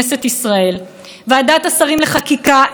בקואליציה מה להצביע בכל הצעת חוק.